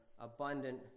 abundant